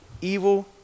Evil